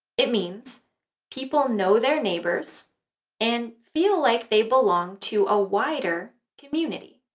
it means people know their neighbours and feel like they belong to a wider community.